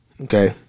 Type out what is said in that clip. Okay